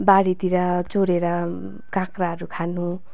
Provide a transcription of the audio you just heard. बारीतिर चोरेर काँक्राहरू खानु